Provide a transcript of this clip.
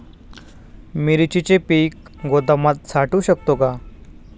मिरचीचे पीक गोदामात साठवू शकतो का?